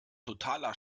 totaler